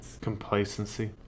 Complacency